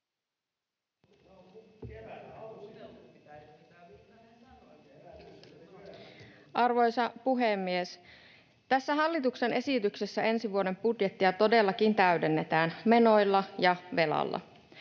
Arvoisa puhemies! Tässä hallituksen esityksessä ensi vuoden budjettia todellakin täydennetään menoilla ja velalla.